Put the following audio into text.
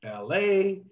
LA